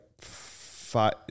five